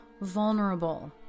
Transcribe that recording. vulnerable